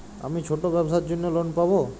আমি ছোট ব্যবসার জন্য লোন পাব?